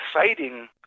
exciting